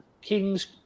King's